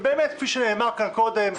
באמת, כפי שנאמר כאן קודם,